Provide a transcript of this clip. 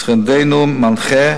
משרדנו מנחה,